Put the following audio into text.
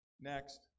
Next